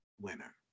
winner